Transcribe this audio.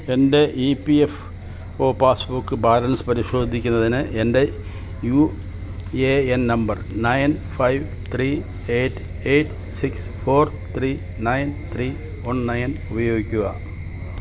എൻ്റെ E P F O passbook balance പരിശോധിക്കുന്നതിന് എൻ്റെ U A N number nine five three eight eight six four three nine three one nine ഉപയോഗിക്കുക